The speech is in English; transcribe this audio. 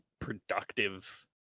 productive